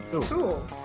Cool